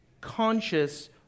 conscious